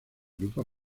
grupo